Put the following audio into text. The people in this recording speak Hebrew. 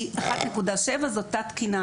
כי 1.7 זאת תת-תקינה,